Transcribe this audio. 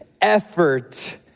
effort